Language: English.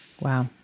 Wow